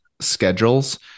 schedules